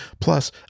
Plus